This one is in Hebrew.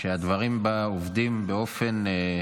שהדברים בה עובדים באופן